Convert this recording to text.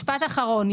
משפט אחרון.